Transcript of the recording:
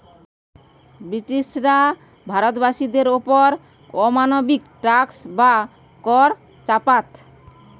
ব্রিটিশরা ভারতবাসীদের ওপর অমানবিক ট্যাক্স বা কর চাপাত